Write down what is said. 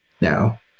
Now